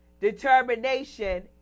determination